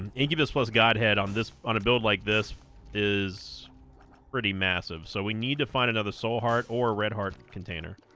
incubus plus got head on this on a build like this is pretty massive so we need to find another soul heart or red heart container